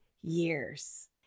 years